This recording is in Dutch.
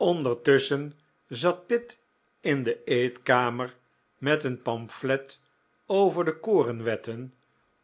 ondertusschen zat pitt in de eetkamer met een pamphlet over de korenwetten